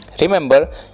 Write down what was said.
Remember